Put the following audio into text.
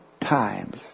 times